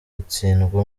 itsindwa